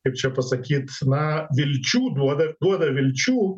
kaip čia pasakyt na vilčių duoda duoda vilčių